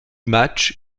match